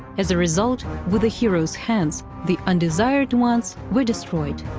as a result, with hero's hands the undesired ones were destroyed,